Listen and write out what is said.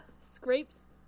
scrapes